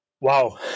Wow